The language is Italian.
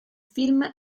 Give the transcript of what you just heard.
film